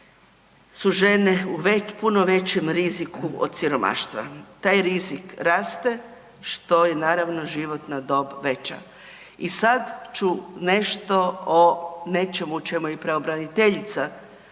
su žene u puno većem riziku od siromaštva. Taj rizik raste što je naravno životna dob veća. I sad ću nešto o nečemu o čemu je i pravobraniteljica